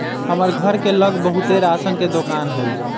हमर घर के लग बहुते राशन के दोकान हई